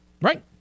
Right